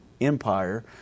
empire